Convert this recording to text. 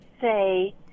say